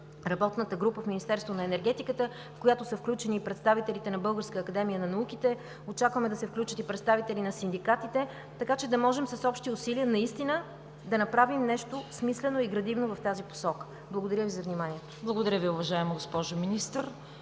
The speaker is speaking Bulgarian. работната група в Министерството на енергетиката, в която са включени представителите на Българска академия на науките. Очакваме да се включат и представители на синдикатите, така че да можем с общи усилия наистина да направим нещо смислено и градивно в тази посока. Благодаря Ви за вниманието. ПРЕДСЕДАТЕЛ ЦВЕТА КАРАЯНЧЕВА: Благодаря Ви, уважаема госпожо Министър.